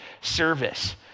service